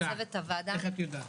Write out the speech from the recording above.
איך את יודעת?